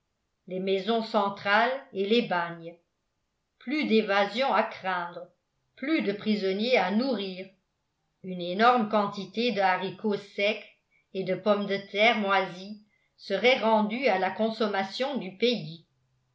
les maisons centrales et les bagnes plus d'évasions à craindre plus de prisonniers à nourrir une énorme quantité de haricots secs et de pommes de terre moisies serait rendue à là consommation du pays